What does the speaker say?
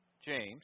James